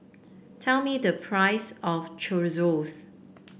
tell me the price of Chorizos